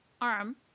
arm